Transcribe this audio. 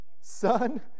Son